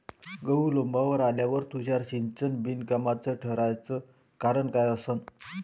गहू लोम्बावर आल्यावर तुषार सिंचन बिनकामाचं ठराचं कारन का असन?